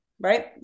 right